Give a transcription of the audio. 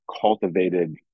cultivated